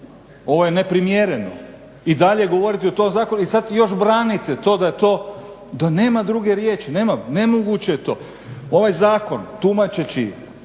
Ovo je neprimjereno i dalje govoriti o tom zakonu i sada još branite da je to, da nema druge riječi, nemoguće je to. Ovaj zakon tumačeći